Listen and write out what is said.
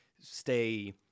stay